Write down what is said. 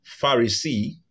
Pharisee